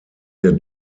der